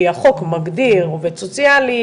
כי החוק מגדיר עובד סוציאלי,